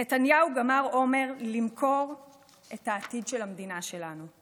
נתניהו גמר אומר למכור את עתיד המדינה שלנו.